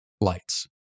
lights